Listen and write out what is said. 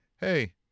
Hey